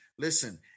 Listen